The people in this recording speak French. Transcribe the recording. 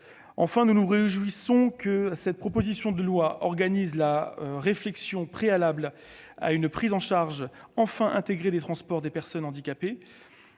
Enfin, nous nous réjouissons que la proposition de loi organise la réflexion préalable à une prise en charge enfin intégrée des transports des personnes handicapées,